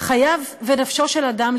חייו ונפשו של אדם,